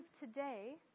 today